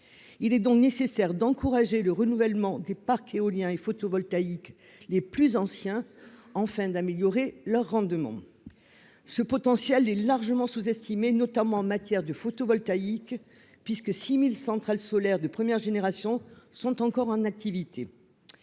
Il est donc nécessaire d'encourager le renouvellement des parcs éolien et photovoltaïque les plus anciens, afin d'améliorer leur rendement. Ce potentiel est largement sous-estimé, notamment en matière de photovoltaïque, puisque 6 000 centrales solaires de première génération sont encore en activité.